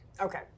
okay